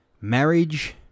marriage